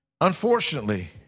Unfortunately